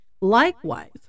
Likewise